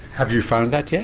have you found that yet?